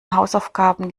hausaufgaben